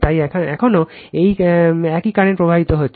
তাই এখানেও একই কারেন্ট প্রবাহিত হচ্ছে